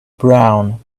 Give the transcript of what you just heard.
brown